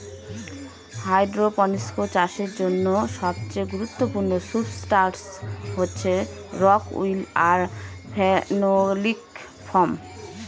hydroponics চাষের জন্য সবচেয়ে গুরুত্বপূর্ণ সুবস্ট্রাটাস হচ্ছে রক উল আর ফেনোলিক ফোম